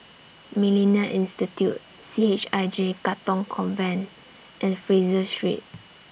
Millennia Institute C H I J Katong Convent and Fraser Street